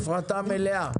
הפרטה מלאה.